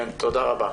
תודה רבה.